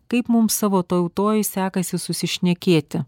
kaip mums savo tautoj sekasi susišnekėti